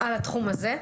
על התחום הזה.